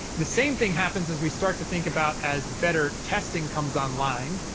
the same thing happens as we start to think about as better testing comes online,